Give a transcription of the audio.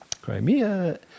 Crimea